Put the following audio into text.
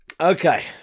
Okay